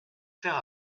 faire